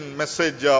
message